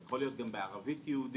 זה יכול להיות גם בערבית יהודית,